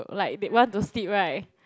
like they want to sleep right